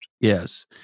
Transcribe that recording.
Yes